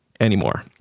anymore